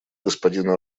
господину